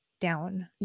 down